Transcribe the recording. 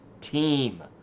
team